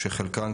שחלקן,